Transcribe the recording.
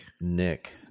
Nick